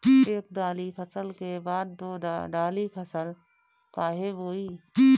एक दाली फसल के बाद दो डाली फसल काहे बोई?